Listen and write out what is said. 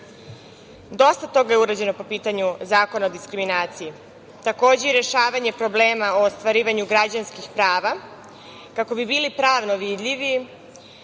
Dosta toga je urađeno po pitanju Zakona o diskriminaciji. Takođe, i rešavanje problema o ostvarivanju građanskih prava, kako bi bili pravno vidljivi,